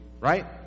Right